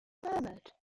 murmured